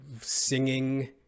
singing